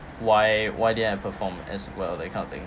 why why didn't I perform as well that kind of thing